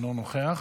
אינו נוכח.